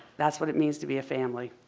that's what it means to be a family.